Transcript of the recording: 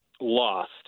lost